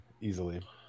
easily